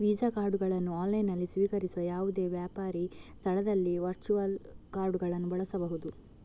visa ಕಾರ್ಡುಗಳನ್ನು ಆನ್ಲೈನಿನಲ್ಲಿ ಸ್ವೀಕರಿಸುವ ಯಾವುದೇ ವ್ಯಾಪಾರಿ ಸ್ಥಳದಲ್ಲಿ ವರ್ಚುವಲ್ ಕಾರ್ಡುಗಳನ್ನು ಬಳಸಬಹುದು